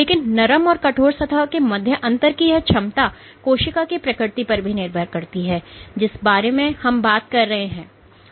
लेकिन नरम और कठोर सतह के मध्य अंतर की यह क्षमता कोशिका के प्रकृति पर भी निर्भर करती है जिस बारे में हम बात कर रहे हैं